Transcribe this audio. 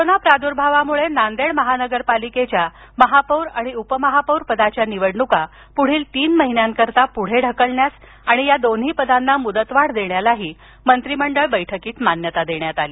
corona प्रादुर्भावामुळे नांदेड महानगरपालिकेच्या महापौर आणि उपमहापौर पदाच्या निवडणुका पुढील तीन महिन्यांकरिता पुढे ढकलण्यास आणि या दोन्ही पदांना मुदतवाढ देण्यालाही मंत्रिमंडळ बैठकीत मान्यता देण्यात आली